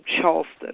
Charleston